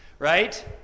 Right